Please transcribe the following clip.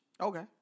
Okay